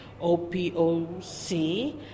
O-P-O-C